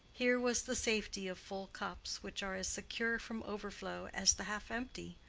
here was the safety of full cups, which are as secure from overflow as the half-empty,